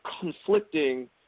conflicting